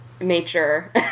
nature